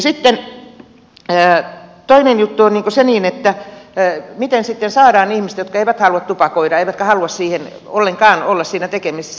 sitten toinen juttu on se miten saadaan erotettua ihmiset jotka eivät halua tupakoida eivätkä halua ollenkaan olla sen kanssa tekemisissä